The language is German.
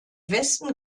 westen